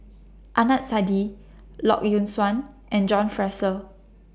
Adnan Saidi Lee Yock Suan and John Fraser